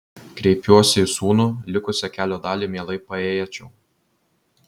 kreipiuosi į sūnų likusią kelio dalį mielai paėjėčiau